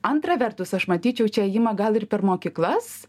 antra vertus aš matyčiau čia ėjimą gal ir per mokyklas